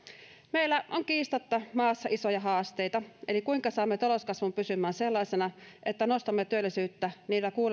meillä on kiistatta maassa isoja haasteita siinä kuinka saamme talouskasvun pysymään sellaisena että nostamme työllisyyttä niillä